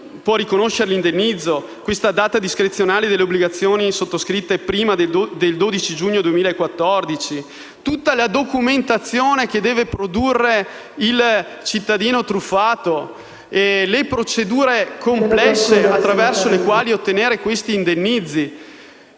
può riconoscere l'indennizzo (obbligazioni sottoscritte prima del 12 giugno 2014); tutta la documentazione che deve produrre il cittadino truffato; le procedure complesse attraverso le quali ottenere questi indennizzi.